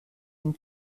une